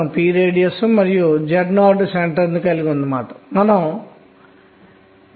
n 2 అనేది l 0 మరియు l 1 ను కలిగి ఉంటుంది ఇది k 1